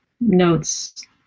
notes